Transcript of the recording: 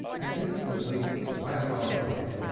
and instantly swam after him.